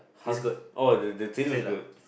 hus~ orh the the trailer is good